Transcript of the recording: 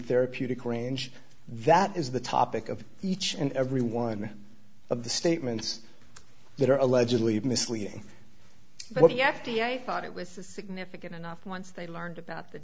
therapeutic range that is the topic of each and every one of the statements that are allegedly misleading but yeah yeah i thought it was significant enough once they learned about the